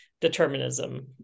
determinism